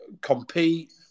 compete